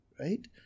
right